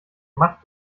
macht